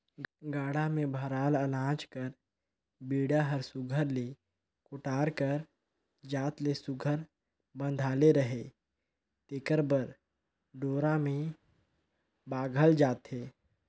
गाड़ा मे भराल अनाज कर बीड़ा हर सुग्घर ले कोठार कर जात ले सुघर बंधाले रहें तेकर बर डोरा मे बाधल जाथे